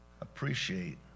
appreciate